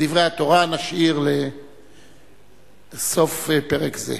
את דברי התורה נשאיר לסוף פרק זה.